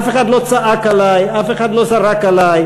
אף אחד לא צעק עלי, אף אחד לא זרק עלי.